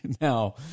Now